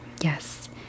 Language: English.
Yes